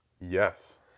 Yes